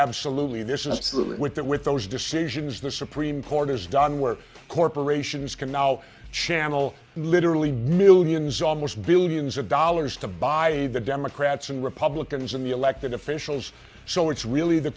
absolutely there's an absolute with that with those decisions the supreme court has done where corporations can now channel literally millions almost billions of dollars to buy the democrats and republicans in the elected officials so it's really the